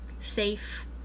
safe